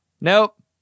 Nope